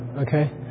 Okay